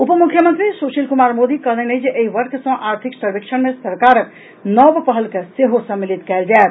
उप मुख्यमंत्री सुशील कुमार मोदी कहलनि अछि जे एहि वर्ष सॅ आर्थिक सर्वेक्षण मे सरकारक नव पहल के सेहो सम्मिलित कयल जायत